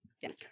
Yes